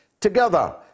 together